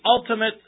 Ultimate